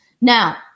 Now